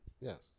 Yes